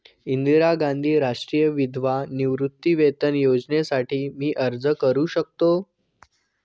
इंदिरा गांधी राष्ट्रीय विधवा निवृत्तीवेतन योजनेसाठी मी अर्ज करू शकतो?